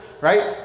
right